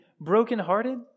brokenhearted